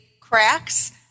cracks